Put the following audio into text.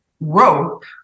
rope